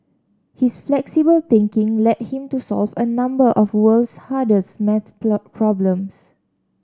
his flexible thinking led him to solve a number of world's hardest math problems